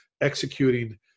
executing